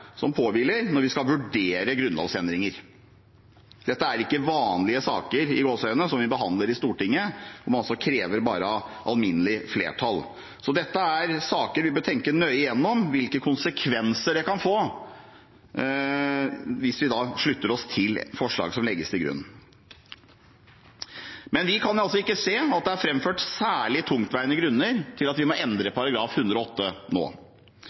som påhviler oss når vi skal vurdere grunnlovsendringer. Dette er ikke «vanlige saker» som vi behandler i Stortinget, og som krever bare alminnelig flertall. Dette er saker der vi bør tenke nøye igjennom hvilke konsekvenser det kan få hvis vi slutter oss til forslagene som legges til grunn. Vi kan altså ikke se at det er framført særlig tungtveiende grunner til at vi må endre § 108 nå.